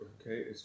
Okay